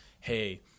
hey